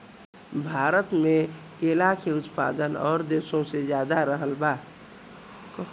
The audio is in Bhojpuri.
भारत मे केला के उत्पादन और देशो से ज्यादा रहल बा